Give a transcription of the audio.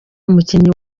umukinnyi